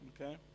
Okay